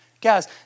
Guys